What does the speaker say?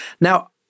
now